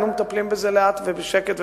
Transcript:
היינו מטפלים בזה לאט ובשקט,